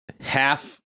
half